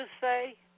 say